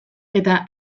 eta